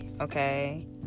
okay